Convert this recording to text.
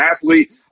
athlete